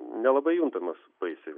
nelabai juntamas baisiai